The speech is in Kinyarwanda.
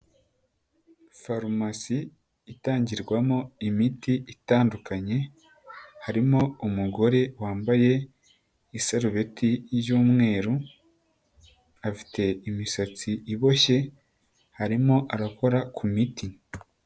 Farumasi itangirwamo imiti itandukanye. Harimo umugore wambaye iserubeti y'umweru, afite imisatsi iboshye, arimo arakora ku miti.